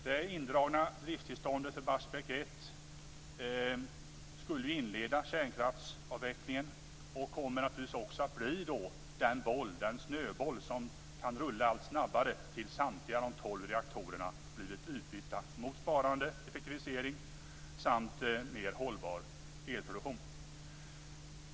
Det indragna driftstillståndet för Barsebäck 1 skulle ju inleda kärnkraftsavvecklingen och kommer naturligtvis att bli den snöboll som kan rulla allt snabbare tills samtliga de tolv reaktorerna blivit utbytta mot besparande, mer effektiv och hållbar elproduktion.